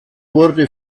wurde